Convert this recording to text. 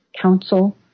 Council